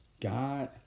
God